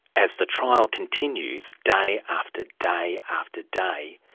as the trial continues, day after day after day,